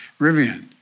Rivian